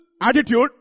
attitude